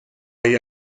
hay